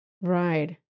Right